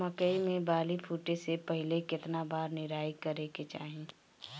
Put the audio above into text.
मकई मे बाली फूटे से पहिले केतना बार निराई करे के चाही?